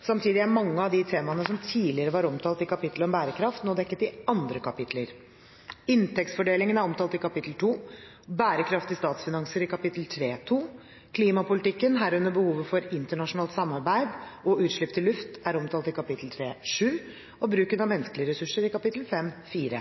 Samtidig er mange av de temaene som tidligere var omtalt i kapitlet om bærekraft, nå dekket i andre kapitler. Inntektsfordelingen er omtalt i kapittel 2, bærekraftige statsfinanser i kapittel 3.2. Klimapolitikken, herunder behovet for internasjonalt samarbeid, og utslipp til luft er omtalt i kapittel 3.7 og bruken av menneskelige ressurser i kapittel 5.4.